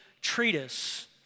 treatise